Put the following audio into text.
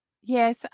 Yes